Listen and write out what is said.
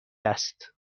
است